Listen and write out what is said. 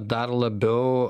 dar labiau